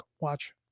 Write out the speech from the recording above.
watch